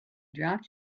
dropped